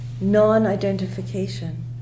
non-identification